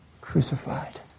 crucified